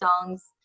songs